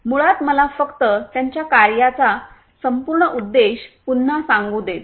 मुळात मला फक्त त्यांच्या कार्याचा संपूर्ण उद्देश पुन्हा सांगू देत